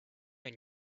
and